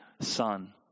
son